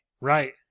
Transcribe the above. right